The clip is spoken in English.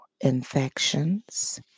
infections